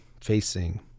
facing